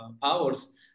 powers